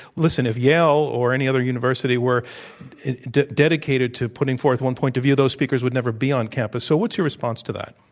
listen, if yale or any other university were dedicated to putting forth one point of view, those speakers would never be on campus. so what's your response to that?